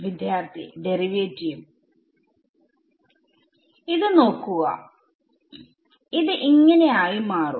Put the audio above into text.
വിദ്യാർത്ഥി ഡെറിവേറ്റീവ് ഇത് നോക്കുക ഇത് ആയി മാറും